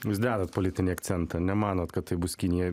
jūs dedat politinį akcentą nemanot kad tai bus kinija